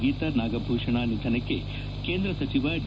ಗೀತಾ ನಾಗಭೂಷಣ ನಿಧನಕ್ಕೆ ಕೇಂದ್ರ ಸಚಿವ ಡಿ